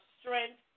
strength